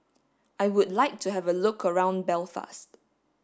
I would like to have a look around Belfast